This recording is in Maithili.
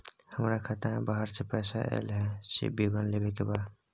हमरा खाता में बाहर से पैसा ऐल है, से विवरण लेबे के बा?